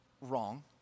wrong